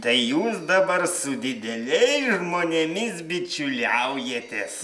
tai jūs dabar su dideliais žmonėmis bičiuliaujatės